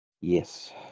Yes